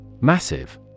Massive